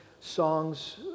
songs